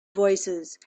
voicesand